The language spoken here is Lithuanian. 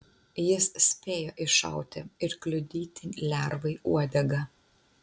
jis spėjo iššauti ir kliudyti lervai uodegą